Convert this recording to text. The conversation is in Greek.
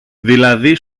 δηλαδή